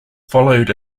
followed